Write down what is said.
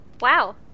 wow